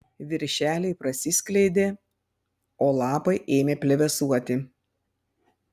viršeliai prasiskleidė o lapai ėmė plevėsuoti